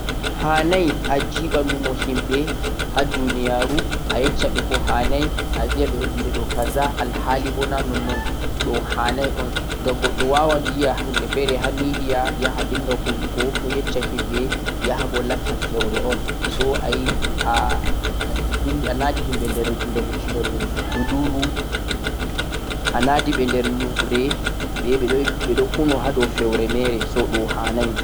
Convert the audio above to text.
A'a hanai a jeeɓa lumo himɓe ha duniyaru a fewaɓe ngam goɗɗo wawa yiya hunde ha midia sai o dinga yesh-shugo himɓe alhali boo feure'on a ndi himɓe nder nyewre ɓeɗun huuno hado feure.